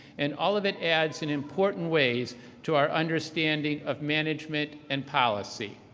and all of it adds in important ways to our understanding of management and policy.